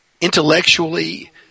Intellectually